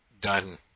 done